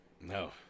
No